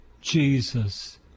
Jesus